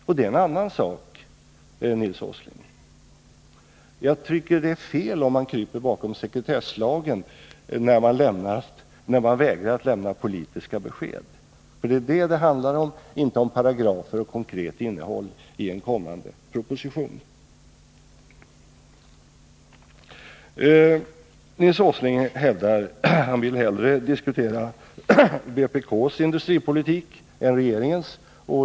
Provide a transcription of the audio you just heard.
Och det är en annan sak, Nils Åsling. Jag tycker det är fel att krypa bakom sekretesslagen när man vägrar att lämna politiska besked, för det är det som det handlar om — inte om paragrafer och konkret innehåll i en kommande proposition. Nils Åsling vill hellre diskutera vpk:s industripolitik än regeringens.